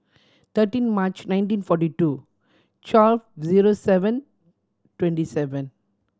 thirteen March nineteen forty two twelve zero seven twenty seven